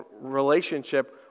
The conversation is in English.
relationship